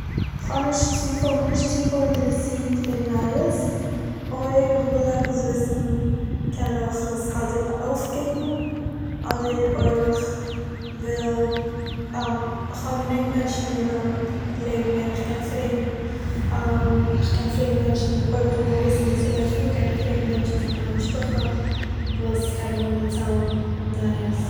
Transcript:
כ'האב נישט צופיל- נישט צופיל אינטערעסירט אין נייעס, אויב איך וויל עפעס וויסן קען איך עס אדער אויפקוקן, אדער אויב איך וויל איך האב גענוג מענטשן אין מיין לעבן וועמען איך קען פרעגן איך קען פרעגן מענטשן אויב איך וויל וויסן וואס עס גייט פאר קען איך פרעגן מענטשן פון מיין משפחה וואס קענען מיר דערציילן נייעס